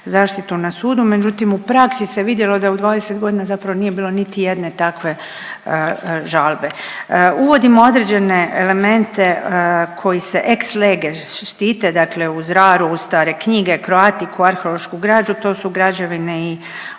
zaštitu na sudu, međutim u praksi se vidjelo da u 20 godina zapravo nije bilo niti jedne takve žalbe. Uvodimo određene elemente koji se ex lege štite dakle uz RAR, uz stare knjige, kroatiku, arheološku građu to su građevine i